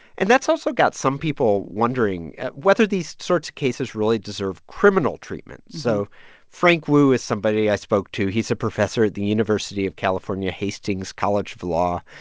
and that's also got some people wondering whether these sorts of cases really deserve criminal treatment. so frank wu is somebody i spoke to. he's a professor at the university of california hastings college of law.